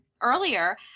earlier